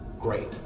great